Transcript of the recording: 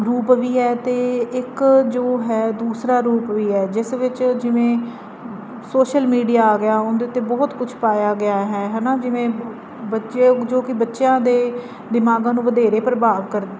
ਰੂਪ ਵੀ ਹੈ ਅਤੇ ਇੱਕ ਜੋ ਹੈ ਦੂਸਰਾ ਰੂਪ ਵੀ ਹੈ ਜਿਸ ਵਿੱਚ ਜਿਵੇਂ ਸੋਸ਼ਲ ਮੀਡੀਆ ਆ ਗਿਆ ਉਹਦੇ 'ਤੇ ਬਹੁਤ ਕੁਝ ਪਾਇਆ ਗਿਆ ਹੈ ਹੈ ਨਾ ਜਿਵੇਂ ਬੱਚੇ ਜੋ ਕਿ ਬੱਚਿਆਂ ਦੇ ਦਿਮਾਗਾਂ ਨੂੰ ਵਧੇਰੇ ਪ੍ਰਭਾਵ ਕਰ